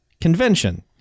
convention